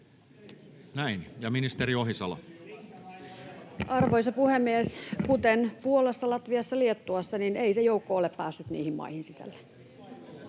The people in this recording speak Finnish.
16:23 Content: Arvoisa puhemies! Kuten Puolassa, Latviassa, Liettuassa — ei se joukko ole päässyt niihin maihin sisälle.